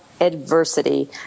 adversity